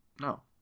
No